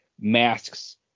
masks